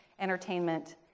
entertainment